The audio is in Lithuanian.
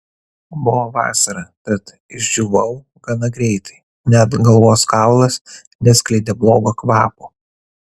buvo vasara tad išdžiūvau gana greitai net galvos kaulas neskleidė blogo kvapo